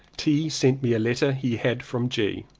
t. sent me a letter he had from g.